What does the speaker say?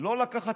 לא לקחת